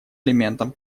элементом